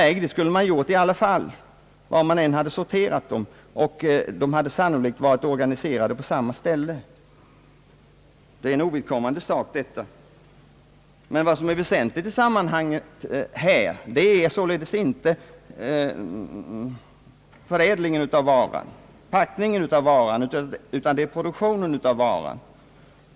äggen skulle i alla fall ha sorterats, och sannolikt hade vederbörande varit organiserade på samma ställe oavsett var sorteringen sker. Detta är en ovidkommande sak. Det väsentliga i sammanhanget är således inte förädlingen eller packningen av varan utan produktionen av varan.